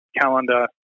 calendar